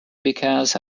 because